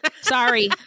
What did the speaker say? Sorry